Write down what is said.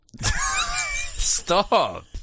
Stop